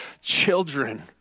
children